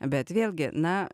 bet vėlgi na